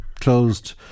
closed